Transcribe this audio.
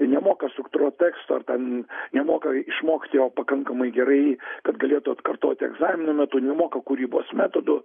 nemoka struktūruot teksto ar ten nemoka išmokti o pakankamai gerai kad galėtų atkartoti egzamino metu nemoka kūrybos metodų